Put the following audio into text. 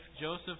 Joseph